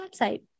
website